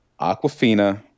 Aquafina